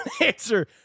answer